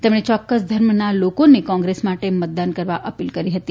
તેમણે ચોક્કસ ધર્મના લોકોને કોંગ્રેસ માટે મતદાન કરવા અપીલ કરી હતી